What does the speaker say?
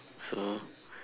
so